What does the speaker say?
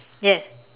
yes